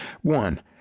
One